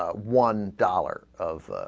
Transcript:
ah one dollar of ah.